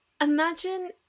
Imagine